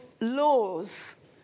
laws